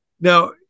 Now